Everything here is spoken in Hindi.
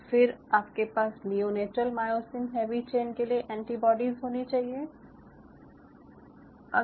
फिर आपके पास नियोनेटल मायोसिन हैवी चेन के लिए एंटीबाडीज होनी चाहियें